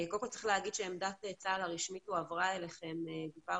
קודם כל צריך להגיד שעמדת צה"ל הרשמית הועברה אליכם כבר